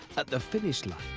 at the finish line,